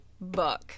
book